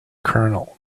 colonel